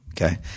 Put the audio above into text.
Okay